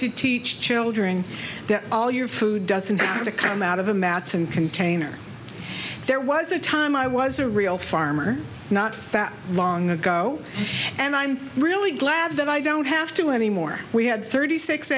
to teach children that all your food doesn't have to come out of the mats and container there was a time i was a real farmer not long ago and i'm really glad that i don't have to anymore we had thirty six